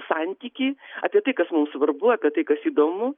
santykį apie tai kas mums svarbu apie tai kas įdomu